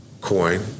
coin